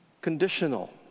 conditional